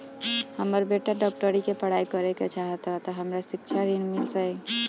हमर बेटा डाक्टरी के पढ़ाई करेके चाहत बा त हमरा शिक्षा ऋण मिल जाई?